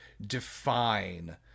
define